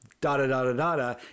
da-da-da-da-da